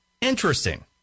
Interesting